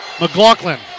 McLaughlin